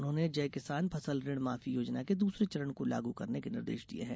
उन्होंने जय किसान फसल ऋण माफी योजना के दूसरे चरण को लागू करने के निर्देश दिये हैं